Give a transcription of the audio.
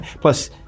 plus